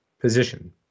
position